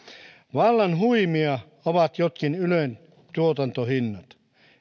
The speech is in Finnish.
vallan huimia ovat jotkin ylen tuotantohinnat